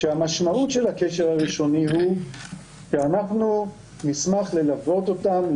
כשהמשמעות של הקשר הראשוני היא שאנחנו נשמח ללוות אותם,